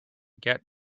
get